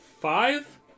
five